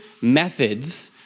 methods